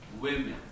women